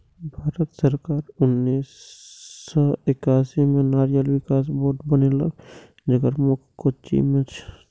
भारत सरकार उन्नेस सय एकासी मे नारियल विकास बोर्ड बनेलकै, जेकर मुख्यालय कोच्चि मे छै